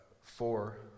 four